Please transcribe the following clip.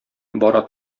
бара